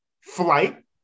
Flight